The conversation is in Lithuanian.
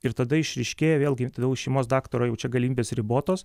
ir tada išryškėja vėlgi tai jau šeimos daktaro jau čia galimybės ribotos